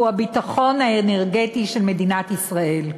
הוא הביטחון האנרגטי של מדינת ישראל.